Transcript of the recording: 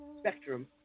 spectrum